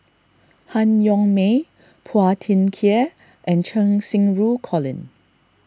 Han Yong May Phua Thin Kiay and Cheng Xinru Colin